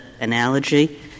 analogy